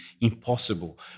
impossible